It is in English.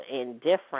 indifferent